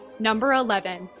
number eleven,